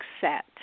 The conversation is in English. set